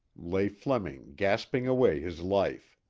lay fleming gasping away his life.